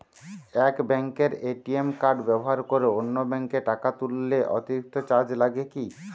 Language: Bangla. এক ব্যাঙ্কের এ.টি.এম কার্ড ব্যবহার করে অন্য ব্যঙ্কে টাকা তুললে অতিরিক্ত চার্জ লাগে কি?